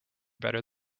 better